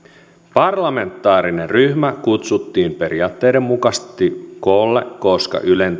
parlamentaarinen ryhmä kutsuttiin periaatteiden mukaisesti koolle koska ylen